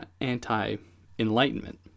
anti-enlightenment